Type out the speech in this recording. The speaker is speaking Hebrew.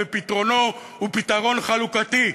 ופתרונו הוא פתרון חלוקתי.